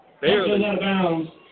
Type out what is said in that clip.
barely